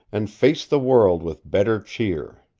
and faced the world with better cheer.